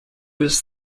was